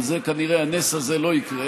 כנראה הנס הזה לא יקרה,